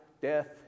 death